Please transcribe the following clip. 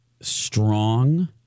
strong